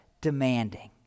demanding